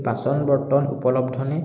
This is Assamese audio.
বাচন বৰ্তন উপলব্ধনে